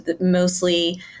mostly